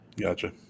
Gotcha